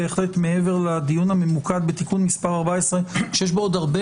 מעבר לדיון הממוקד בתיקון מס' 14 שיש בו עוד הרבה